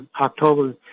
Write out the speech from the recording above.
October